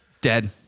Dead